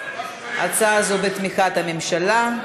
ההצעה הזו בתמיכת הממשלה.